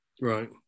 right